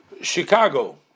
Chicago